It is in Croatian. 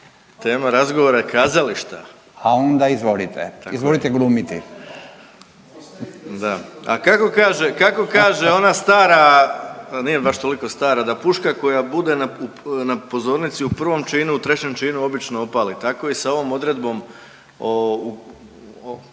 Tema razgovora je kazališta …/Upadica Radin: A onda izvolite, izvolite glumiti./… Da. A kako kaže ona stara, nije baš toliko stara, da puška koja bude na pozornici u prvom činu u trećem činu obično opali, tako i sa ovom odredbom